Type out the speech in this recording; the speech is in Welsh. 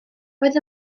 roedd